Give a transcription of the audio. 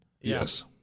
Yes